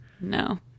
No